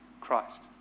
Christ